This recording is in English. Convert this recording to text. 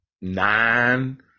nine